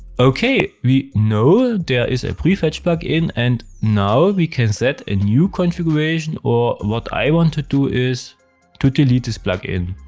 ok, we know there is a prefetch plugin, and now we can set a new configuration, or what i want to do is to delete this plugin.